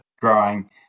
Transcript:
growing